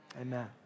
Amen